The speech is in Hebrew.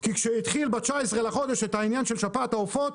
כי כשהתחיל ב-19 לחודש עניין שפעת העופות,